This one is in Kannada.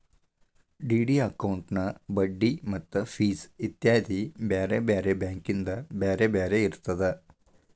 ಡಿ.ಡಿ ಅಕೌಂಟಿನ್ ಬಡ್ಡಿ ಮತ್ತ ಫಿಸ್ ಇತ್ಯಾದಿ ಬ್ಯಾರೆ ಬ್ಯಾರೆ ಬ್ಯಾಂಕಿಂದ್ ಬ್ಯಾರೆ ಬ್ಯಾರೆ ಇರ್ತದ